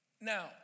Now